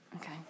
Okay